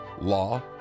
law